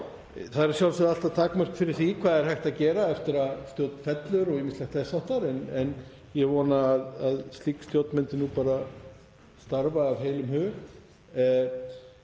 Það er að sjálfsögðu alltaf takmörk fyrir því hvað er hægt að gera eftir að stjórn fellur og ýmislegt þess háttar en ég vona að slík stjórn myndi bara starfa af heilum hug.